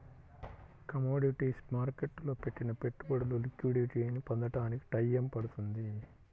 commodities మార్కెట్టులో పెట్టిన పెట్టుబడులు లిక్విడిటీని పొందడానికి టైయ్యం పడుతుంది